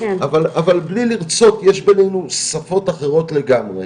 אבל בלי לרצות, יש ביננו שפות אחרות לגמרי.